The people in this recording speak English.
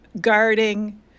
guarding